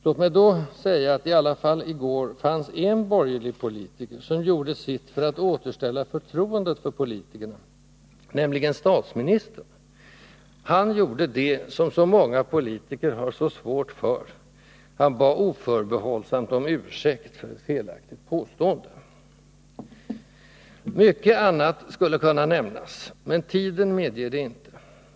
Låt mig då säga att det i alla fall i går fanns en borgerlig politiker som gjorde sitt för att återställa förtroendet för politikerna, nämligen statsministern. Han gjorde det som så många politiker har svårt för — han bad oförbehållsamt om ursäkt för ett felaktigt påstående. Mycket annat skulle kunna nämnas, men tiden medger det inte.